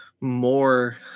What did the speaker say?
More